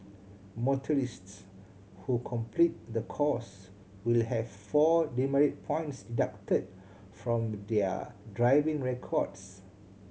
motorists who complete the course will have four demerit points deducted from their driving records